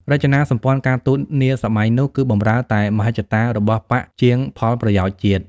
រចនាសម្ព័ន្ធការទូតនាសម័យនោះ គឺបម្រើតែមហិច្ឆតារបស់បក្សជាងផលប្រយោជន៍ជាតិ។